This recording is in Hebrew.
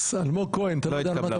לא התקבל.